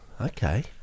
Okay